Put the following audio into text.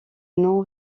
nom